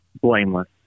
blameless